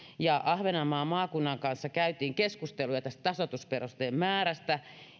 ahvenanmaan maakunnan kanssa käytiin keskusteluja tästä tasoitusperusteen määrästä